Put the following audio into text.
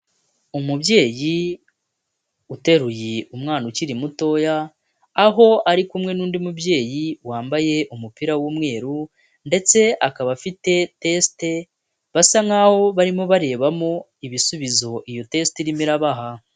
Umubyeyi uteruye umwana ukiri mutoya, aho ari kumwe n'undi mubyeyi wambaye umupira w'umweru ndetse akaba afite tesite basa nkaho barimo barebamo ibisubizo iyo tesite irimo irabaha.